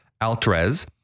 Altrez